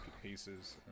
pieces